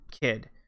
Kid